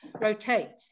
rotates